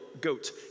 goat